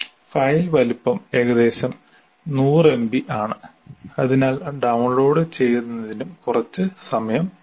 file വലുപ്പം ഏകദേശം 100 MB ആണ് അതിനാൽ ഡൌൺലോഡുചെയ്യുന്നതിന് കുറച്ച് സമയമെടുക്കും